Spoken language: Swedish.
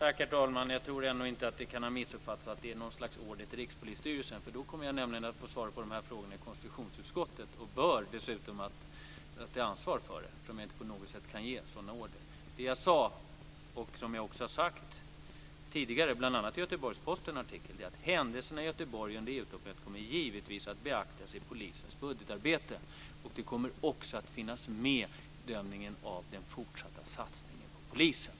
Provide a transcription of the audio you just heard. Herr talman! Jag tror inte att detta kan ha missuppfattats som något slags order till Rikspolisstyrelsen. Då kommer jag nämligen att få svara på de här frågorna i konstitutionsutskottet och bör dessutom ställas till ansvar för det eftersom jag inte på något sätt kan ge sådana order. Det jag sade - och det har jag också sagt tidigare, bl.a. i en artikel i Göteborgsposten - är att händelserna i Göteborg under EU-toppmötet givetvis kommer att beaktas i polisens budgetarbete. Det kommer också att finnas med i bedömningen av den fortsatta satsningen på polisen.